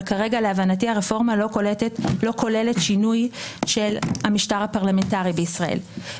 אבל כרגע להבנתי הרפורמה לא כוללת שינוי של המשטר הפרלמנטרי בישראל,